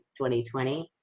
2020